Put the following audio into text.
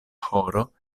horo